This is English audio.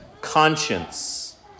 conscience